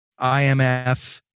IMF